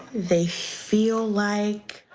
they feel like.